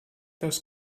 das